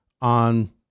on